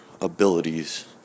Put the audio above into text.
abilities